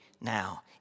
now